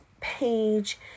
page